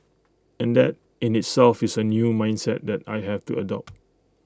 and that in itself is A new mindset that I have to adopt